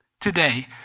today